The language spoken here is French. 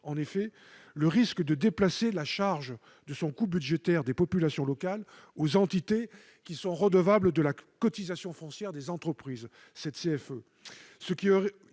emporte le risque de déplacer la charge de son coût budgétaire des populations locales aux entités qui sont redevables de la cotisation foncière des entreprises (CFE),